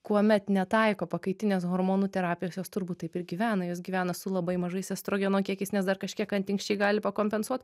kuomet netaiko pakaitinės hormonų terapijos jos turbūt taip ir gyvena jos gyvena su labai mažais estrogeno kiekiais nes dar kažkiek antinksčiai gali pakompensuot